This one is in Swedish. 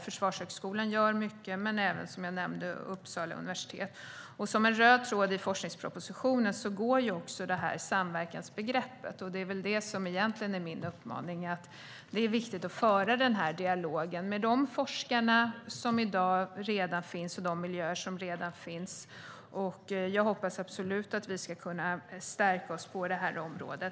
Försvarshögskolan gör mycket men även, som jag nämnde, Uppsala universitet. Som en röd tråd i forskningspropositionen går samverkansbegreppet. Min uppmaning är egentligen att det är viktigt att föra dialogen med de forskare och de miljöer som finns redan i dag. Jag hoppas absolut att vi ska kunna bli stärkta på detta område.